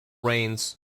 reigns